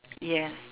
yes